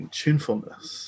tunefulness